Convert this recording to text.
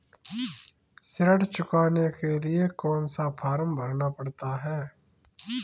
ऋण चुकाने के लिए कौन सा फॉर्म भरना पड़ता है?